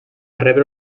rebre